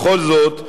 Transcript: בכל זאת,